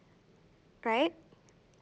right